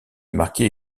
marquait